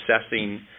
assessing